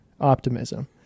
optimism